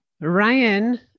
Ryan